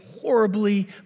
horribly